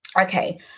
Okay